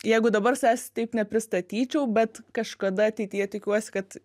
jeigu dabar savęs taip nepristatyčiau bet kažkada ateityje tikiuosi kad